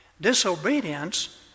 Disobedience